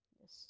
Yes